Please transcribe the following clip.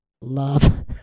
Love